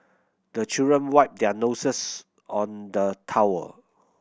the children wipe their noses on the towel